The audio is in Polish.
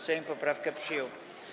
Sejm poprawkę przyjął.